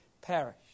perish